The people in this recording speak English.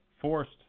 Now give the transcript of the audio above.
forced